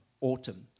autumn